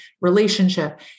relationship